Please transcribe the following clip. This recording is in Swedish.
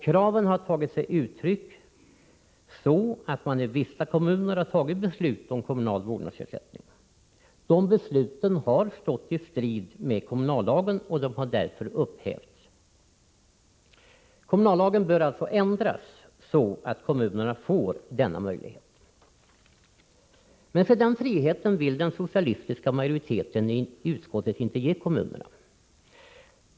Kraven har tagit sig sådana uttryck att man i vissa kommuner fattat beslut om kommunal vårdnadsersättning. De besluten har stått i strid med kommunallagen, och de har därför upphävts. Kommunallagen bör alltså ändras, så att kommunerna får denna möjlighet. Men den friheten vill den socialdemokratiska majoriteten i utskottet inte ge kommunerna.